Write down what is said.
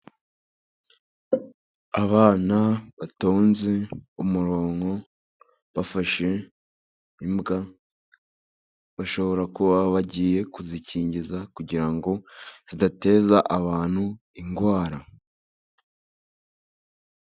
Abana batonnze umurongo bafashe imbwa, bashobora kuba bagiye kuzikingiza kugira ngo zidateza abantu indwara.